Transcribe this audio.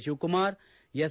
Shivakumar S